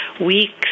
weeks